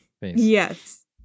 yes